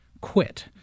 quit